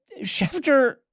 Schefter